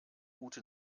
ute